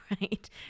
right